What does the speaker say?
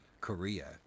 korea